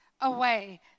away